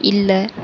இல்லை